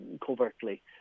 covertly